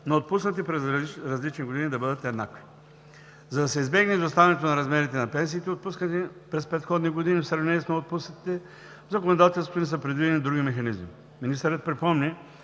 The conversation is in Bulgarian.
но отпуснати през различни години, да бъдат еднакви. За да се избегне изоставането на размерите на пенсиите, отпуснати през предходни години в сравнение с новоотпуснатите, в законодателството ни са предвидени други механизми. Министърът припомни,